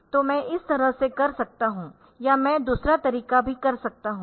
तो मैं इस तरह से कर सकता हूं या मैं दूसरा तरीका भी कर सकता हूं